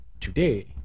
today